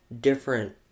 different